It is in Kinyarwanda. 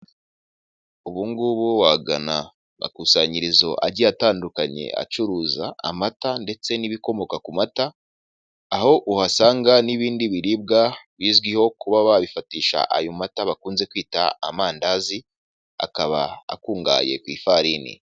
Ubugubu wagana amakusanyirizo agiye atandukanye acuruza amata ndetse n'ibikomoka ku mata aho uhasanga n'ibindi biribwa bizwiho kuba babifatisha ayo mata bakunze kwita amandazi akaba akungahaye ku ifarini.